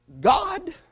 God